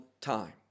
time